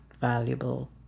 valuable